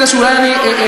פתחתי בזה שאולי אני צעיר,